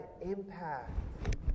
impact